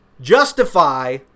justify